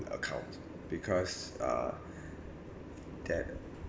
account because uh that